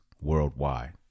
worldwide